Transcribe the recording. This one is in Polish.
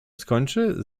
skończy